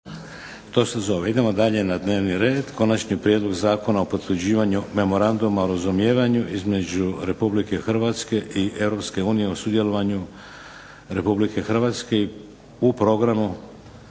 (HDZ)** Idemo dalje na dnevni red. - Konačni prijedlog zakona o potvrđivanju Memoranduma o razumijevanju između Republike Hrvatske i Europske unije o sudjelovanju Republike Hrvatske u Programu